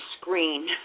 screen